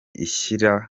ishyira